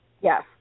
Yes